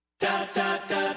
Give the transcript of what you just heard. Da-da-da